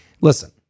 listen